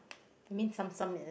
mean some some is it